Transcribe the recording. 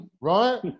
right